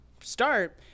start